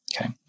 Okay